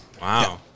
wow